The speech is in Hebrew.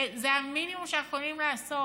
וזה המינימום שאנחנו יכולים לעשות.